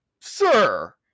Sir